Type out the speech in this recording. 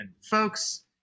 Folks